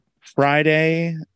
Friday